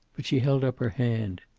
but she held up her hand.